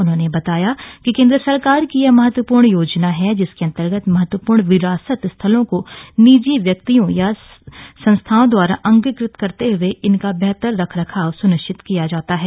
उन्होंने बताया कि केन्द्र सरकार की यह एक महत्वपूर्ण योजना है जिसके अन्तर्गत महत्वपूर्ण विरासत स्थलों को निजी व्यक्तियों या संस्थाओं दवारा अंगीकृत करते हुए इनका बेहतर रखरखाव सुनिश्चित किया जाता है